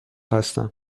هستم